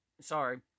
Sorry